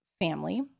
family